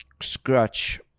Scratch